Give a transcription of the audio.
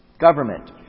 government